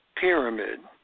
pyramid